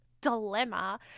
dilemma